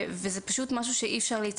אני יודע את הצעדים שצריך לעשות כדי להגיע